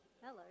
Hello